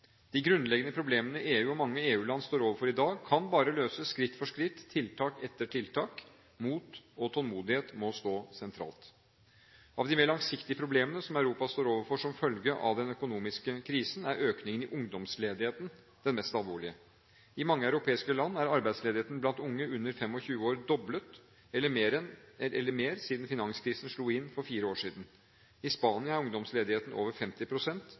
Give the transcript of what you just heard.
De grunnleggende problemene EU og mange EU-land står overfor i dag, kan bare løses skritt for skritt, tiltak etter tiltak. Mot og tålmodighet må stå sentralt. Av de mer langsiktige problemene som Europa står overfor som følge av den økonomiske krisen, er økningen i ungdomsledigheten den mest alvorlige. I mange europeiske land er arbeidsledigheten blant unge under 25 år doblet eller mer siden finanskrisen slo inn for fire år siden. I Spania er ungdomsledigheten over